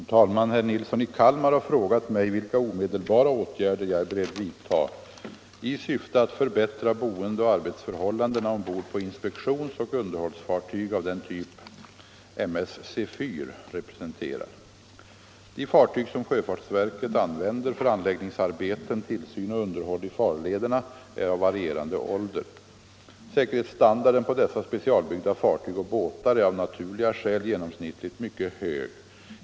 Herr talman! Herr Nilsson i Kalmar har frågat mig vilka omedelbara åtgärder jag är beredd vidta i syfte att förbättra boendeoch arbetsförhållandena ombord på inspektionsoch underhållsfartyg av den typ M/S Sefyr representerar. De fartyg som sjöfartsverket använder för anläggningsarbeten, tillsyn och underhåll i farlederna är av varierande ålder. Säkerhetsstandarden på dessa specialbyggda fartyg och båtar är av naturliga skäl genomsnittligt mycket hög.